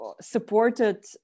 supported